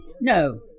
No